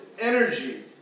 energy